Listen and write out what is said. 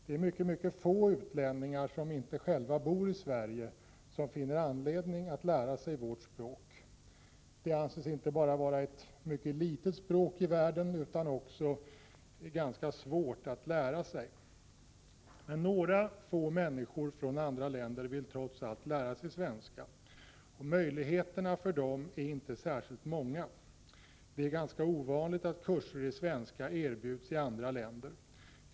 Det är mycket få utlänningar som inte själva bor i Sverige men som finner anledning att lära sig vårt språk. Det anses inte bara vara ett mycket litet språk i världen, utan också ganska svårt att lära sig. Men några få människor från andra länder vill trots allt lära sig svenska. s Möjligheterna för dem är inte särskilt många. Det är ganska ovanligt att kurser i svenska erbjuds i andra länder.